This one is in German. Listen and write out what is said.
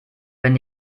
wenn